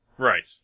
Right